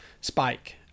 spike